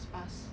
leh one